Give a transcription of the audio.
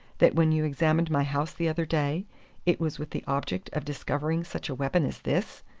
that when you examined my house the other day it was with the object of discovering such a weapon as this!